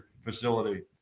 facility